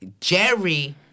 Jerry